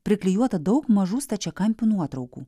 priklijuota daug mažų stačiakampių nuotraukų